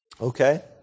Okay